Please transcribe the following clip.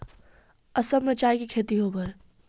असम में चाय के खेती होवऽ हइ